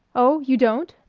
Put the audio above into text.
oh, you don't?